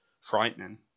frightening